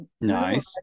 nice